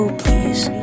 please